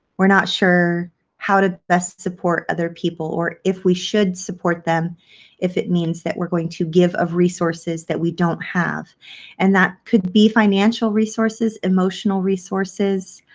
we're not sure how to best support other people or if we should support them if it means that we're going to give off resources that we don't have and that could be financial resources, emotional resources,